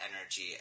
energy